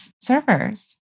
servers